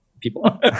people